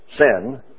sin